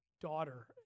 daughter